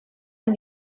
und